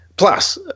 Plus